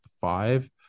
five